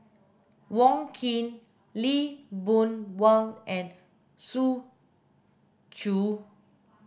Wong Keen Lee Boon Wang and Zhu Xu